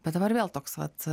bet dabar vėl toks vat